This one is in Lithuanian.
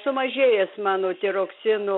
sumažėjęs mano tiroksinų